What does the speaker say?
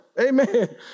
Amen